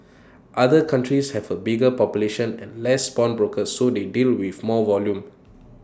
other countries have A bigger population and less pawnbrokers so they deal with more volume